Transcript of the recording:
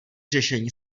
řešení